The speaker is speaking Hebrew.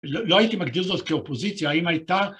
‫לא הייתי מגדיר זאת כאופוזיציה, ‫האם הייתה...